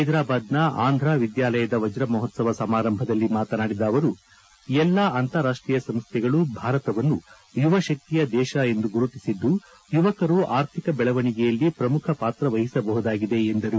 ಹೈದರಾಬಾದಿನ ಆಂಧ್ರ ವಿದ್ಯಾಲಯದ ವಜ್ರಮಹೋತ್ಲವ ಸಮಾರಂಭದಲ್ಲಿ ಮಾತನಾಡಿದ ಅವರು ಎಲ್ಲಾ ಅಂತಾರಾಷ್ವೀಯ ಸಂಸ್ಥೆಗಳು ಭಾರತವನ್ನು ಯುವಶಕ್ತಿಯ ದೇಶ ಎಂದು ಗುರುತಿಸಿದ್ದು ಯುವಕರು ಆರ್ಥಿಕ ಬೆಳವಣಿಗೆಯಲ್ಲಿ ಪ್ರಮುಖ ಪಾತ್ರ ವಹಿಸಬಹುದಾಗಿದೆ ಎಂದರು